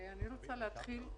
אני רוצה להתחיל בלדבר על מפעל